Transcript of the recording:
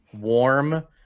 warm